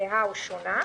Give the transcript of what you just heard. זהה או שונה,